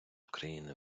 україни